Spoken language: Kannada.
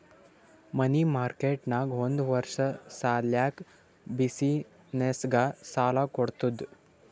ಮನಿ ಮಾರ್ಕೆಟ್ ನಾಗ್ ಒಂದ್ ವರ್ಷ ಸಲ್ಯಾಕ್ ಬಿಸಿನ್ನೆಸ್ಗ ಸಾಲಾ ಕೊಡ್ತುದ್